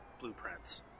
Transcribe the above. blueprints